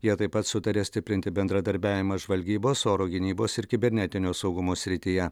jie taip pat sutarė stiprinti bendradarbiavimą žvalgybos oro gynybos ir kibernetinio saugumo srityje